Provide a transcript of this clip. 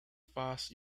fast